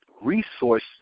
resource